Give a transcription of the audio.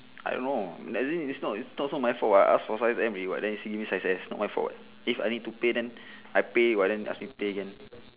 I don't know as if it's not it's not so my fault [what] I ask for size M [what] then they give me size S not my fault [what] if I need to pay then I pay but then ask me pay again